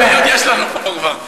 כמה חברות כנסת אירופיות יש לנו פה כבר?